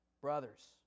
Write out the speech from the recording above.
brothers